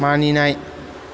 मानिनाय